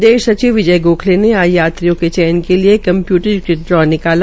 विदेश सचिव विजय गोखले ने आज यात्रियों के चयन के लिए कम्प्यूटरीकृत ड्रा निकाला